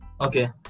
Okay